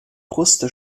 kruste